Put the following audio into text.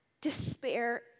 despair